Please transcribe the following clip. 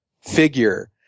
figure